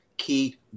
key